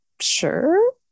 sure